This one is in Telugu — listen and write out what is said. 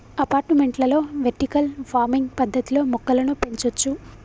అపార్టుమెంట్లలో వెర్టికల్ ఫార్మింగ్ పద్దతిలో మొక్కలను పెంచొచ్చు